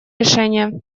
решения